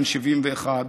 בן 71,